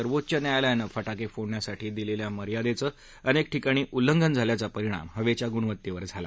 सर्वोच्च न्यायालयानं फटाके फोडण्यासाठी दिलेल्या मयदिचं अनेक ठिकाणी उल्लंघन झाल्याचा परिणाम हवेच्या गुणवत्तेवर झाला